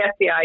FBI